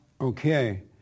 Okay